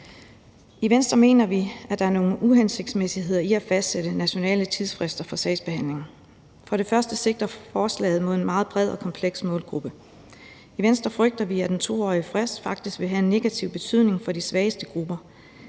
I Venstre mener vi, at der er nogle uhensigtsmæssigheder i at fastsætte nationale tidsfrister for sagsbehandlingen. For det første sigter forslaget mod en meget bred og kompleks målgruppe. I Venstre frygter vi, at en 2-årig frist faktisk vil have en negativ betydning for de svageste grupper.